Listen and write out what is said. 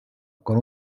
con